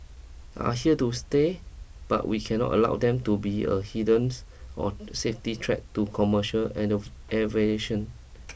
are here to stay but we cannot allow them to be a hindrance or safety threat to commercial aviation